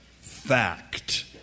fact